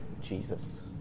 Jesus